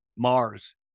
Mars